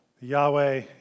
Yahweh